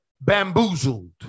bamboozled